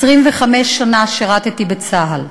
25 שנה שירתי בצה"ל.